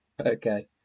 okay